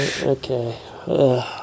okay